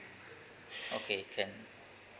okay can